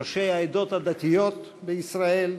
ראשי העדות הדתיות בישראל,